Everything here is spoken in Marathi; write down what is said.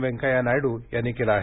वेंकय्या नायड्र यांनी केलं आहे